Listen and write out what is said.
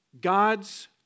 God's